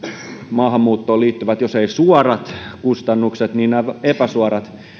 maahanmuuttoon liittyvät kustannukset jos eivät suorat niin epäsuorat